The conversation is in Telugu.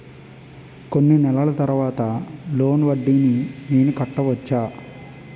కొన్ని నెలల తర్వాత లోన్ వడ్డీని నేను కట్టవచ్చా?